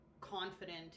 confident